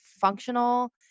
functional